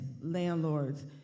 landlords